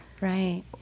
Right